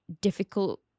difficult